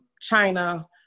China